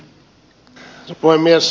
arvoisa puhemies